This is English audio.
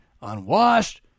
unwashed